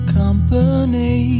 company